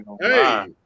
hey